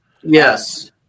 Yes